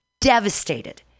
devastated